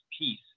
peace